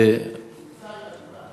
נמצא אתנו כאן.